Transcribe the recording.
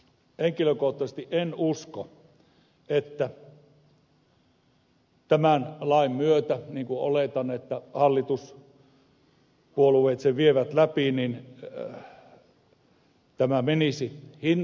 henkilökohtaisesti en usko että tämän lain myötä oletan että hallituspuolueet vievät sen läpi tämä veroale menisi hintoihin